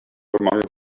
among